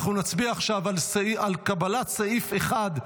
אנחנו נצביע עכשיו על קבלת סעיף 1,